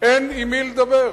אין עם מי לדבר.